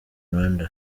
rwanda